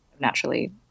naturally